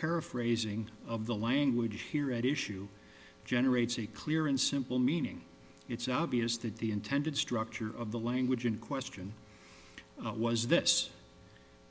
paraphrasing of the language here at issue generates a clear and simple meaning it's obvious that the intended structure of the language in question was this